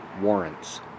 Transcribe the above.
warrants